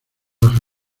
baraja